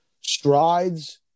strides